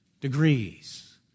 degrees